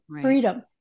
freedom